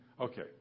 Okay